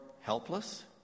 helpless